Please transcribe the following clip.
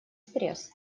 стресс